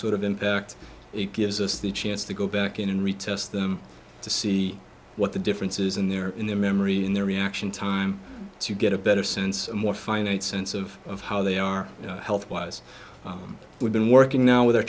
sort of impact it gives us the chance to go back in and retest them to see what the differences in their in their memory in their reaction time to get a better sense more finite sense of of how they are health wise we've been working now with